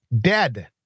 dead